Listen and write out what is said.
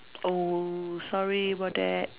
oh sorry about that